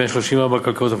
בין 34 הכלכלות המפותחות.